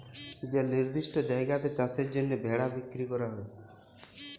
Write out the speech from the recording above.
যে লিরদিষ্ট জায়গাতে চাষের জ্যনহে ভেড়া বিক্কিরি ক্যরা হ্যয়